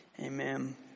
amen